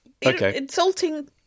Insulting